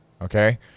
okay